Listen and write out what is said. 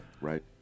Right